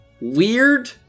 weird